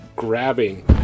grabbing